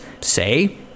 say